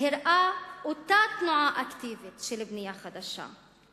הראה אותה תנועה אקטיבית של בנייה חדשה.